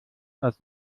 als